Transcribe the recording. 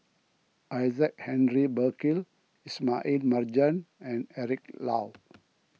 Isaac Henry Burkill Ismail Marjan and Eric Low